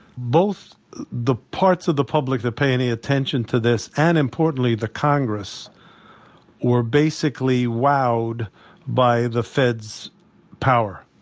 both the parts of the public that pay any attention to this and, importantly, the congress were basically wowed by the fed's power.